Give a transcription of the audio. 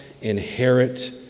inherit